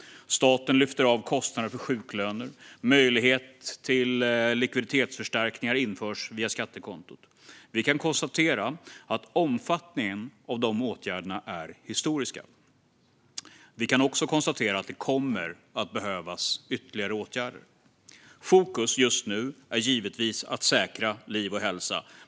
Staten lyfter av kostnader för sjuklöner. Möjlighet till likviditetsförstärkningar införs via skattekontot. Vi kan konstatera att omfattningen av dessa åtgärder är historisk. Vi kan också konstatera att det kommer att behövas ytterligare åtgärder. Fokus just nu ligger givetvis på att säkra liv och hälsa.